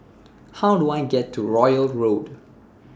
How Do I get to Royal Road